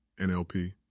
NLP